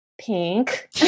pink